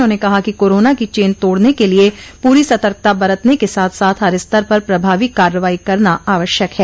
उन्होंने कहा कि कोरोना की चेन तोड़ने के लिये पूरी सतर्कता बरतने के साथ साथ हर स्तर पर प्रभावी कार्रवाई करना आवश्यक है